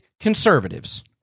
conservatives